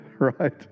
right